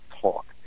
talk